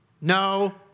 No